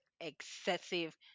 excessive